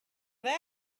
think